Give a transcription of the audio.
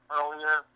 earlier